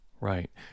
Right